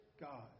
God